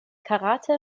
karate